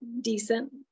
decent